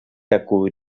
такую